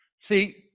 see